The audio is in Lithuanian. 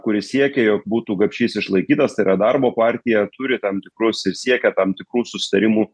kuri siekia jog būtų gapšys išlaikytas tai yra darbo partija turi tam tikrus ir siekia tam tikrų susitarimų